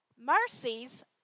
Mercies